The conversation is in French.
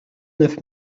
neuf